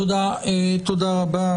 תודה רבה.